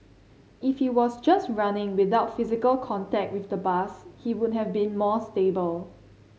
if he was just running without physical contact with the bus he would have been more stable